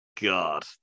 God